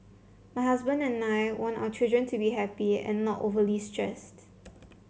my husband and I want our children to be happy and not overly stressed